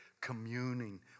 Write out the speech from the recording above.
communing